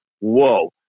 whoa